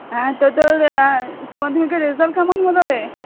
হ্যাঁ তো তোর উচ্চমাধ্যমিকের রেজাল্ট কেমন হল রে